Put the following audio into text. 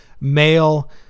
male